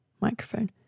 microphone